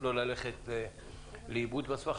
אני מתכבד לפתוח את ישיבת ועדת הכלכלה של הכנסת.